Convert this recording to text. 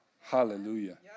hallelujah